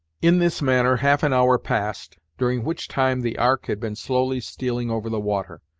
in this manner half an hour passed, during which time the ark had been slowly stealing over the water,